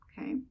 Okay